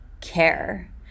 care